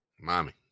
mommy